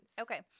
okay